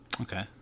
Okay